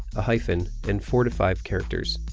a hyphen, and four to five characters.